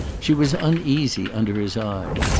she was uneasy under his eye.